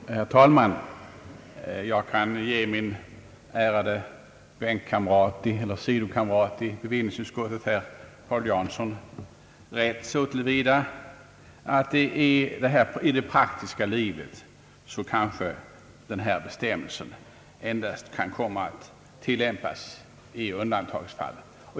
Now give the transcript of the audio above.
Herr talman! Jag kan ge min ärade sidokamrat i bevillningsutskottet, Paul Jansson, rätt så till vida som denna bestämmelse i det praktiska livet kanske endast kan komma att tillämpas i undantagsfall.